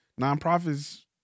Nonprofits